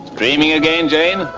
dreaming again, jane?